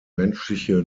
menschliche